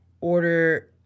order